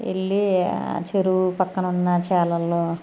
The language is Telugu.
వెళ్ళి ఆ చెరువు పక్కన ఉన్న చేలలో